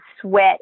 sweat